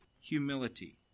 humility